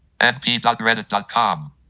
MP.reddit.com